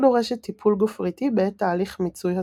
דורשת טיפול גופריתי בעת תהליך מיצוי הסוכר.